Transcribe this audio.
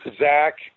Zach